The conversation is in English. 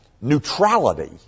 neutrality